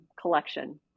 collection